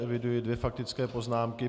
Eviduji dvě faktické poznámky.